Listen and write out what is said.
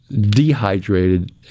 dehydrated